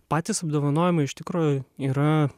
patys apdovanojimai iš tikrųjų yra